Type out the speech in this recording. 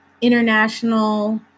international